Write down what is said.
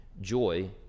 Joy